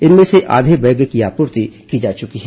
इनमें से आधे बैग की आपूर्ति की जा चुकी है